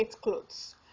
clothes